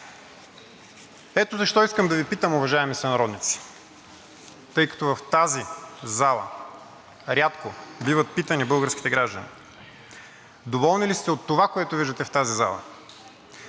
Ето защо искам да Ви питам, уважаеми сънародници, тъй като в тази зала рядко биват питани българските граждани: доволни ли сте от това, което виждате в тази зала?